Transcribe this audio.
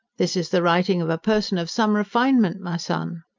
this is the writing of a person of some refinement, my son.